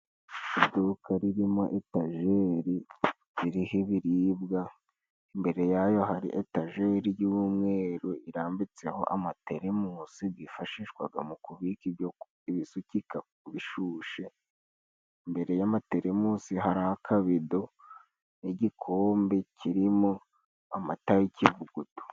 Iduka ririmo etageri irihibiribwa. Imbere yaho, hari etageri ry’umweru, irambitseho amatelemosi gifashishwaga mu kubika ibisukika bishushe. Imbere y’amatelemosi, hari akabido n’igikombe kirimo amata y’ikivuguto.